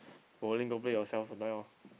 bowling don't play yourself for now